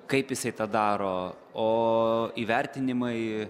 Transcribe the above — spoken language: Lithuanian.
kaip jisai tą daro o įvertinimai